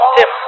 Tim